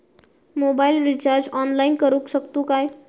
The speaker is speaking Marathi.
मोबाईल रिचार्ज ऑनलाइन करुक शकतू काय?